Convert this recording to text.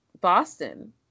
Boston